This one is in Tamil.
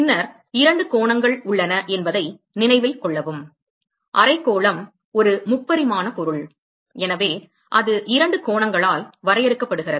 பின்னர் இரண்டு கோணங்கள் உள்ளன என்பதை நினைவில் கொள்ளவும் அரைக்கோளம் ஒரு 3 பரிமாண பொருள் எனவே அது இரண்டு கோணங்களால் வரையறுக்கப்படுகிறது